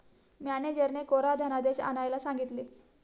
मॅनेजरने कोरा धनादेश आणायला सांगितले